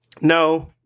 no